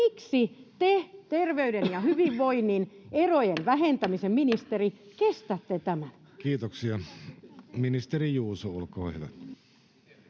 Miksi te, terveyden ja hyvinvoinnin erojen vähentämisen ministeri, kestätte tämän? [Speech 60] Speaker: Jussi Halla-aho